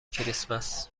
کریسمس